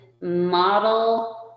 model